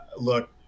look